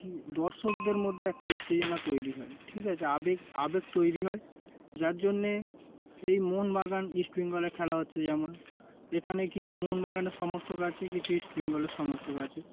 কি দর্শকদের মধ্যে একটা উত্তেজনা তৈরি হয় ঠিক আছে আবেগ আবেগ তৈরি হয় যার জন্যে এই মোহনবাগান ইস্টবেঙ্গলের খেলা হচ্ছে যেমন এখানে কিছু মোহনবাগানের সমর্থক আছে কিছু ইস্টবেঙ্গলের সমর্থক আছে